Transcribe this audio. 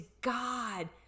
God